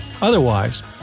Otherwise